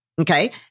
okay